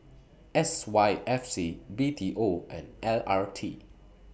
S Y F C B T O and L R T